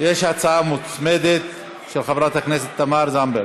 יש הצעה מוצמדת, של חברת הכנסת תמר זנדברג.